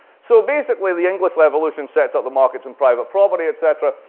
so basically, the english revolution sets up the markets in private probably, et cetera.